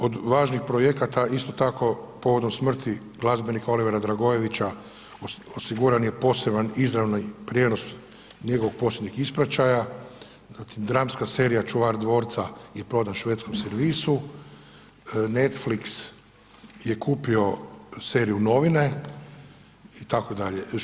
Od važnih projekata isto tako povodom smrti glazbenika Olivera Dragojevića osiguran je poseban izravni prijenos njegovog posljednjeg ispraćaja, zatim dramska serija „Čuvar dvorca“ je prodan Švedskom servisu, Netflix je kupio seriju „Novine“ itd.